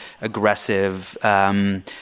aggressive